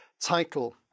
title